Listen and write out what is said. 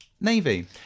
Navy